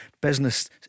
business